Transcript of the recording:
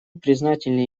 признательны